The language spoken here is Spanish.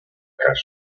caso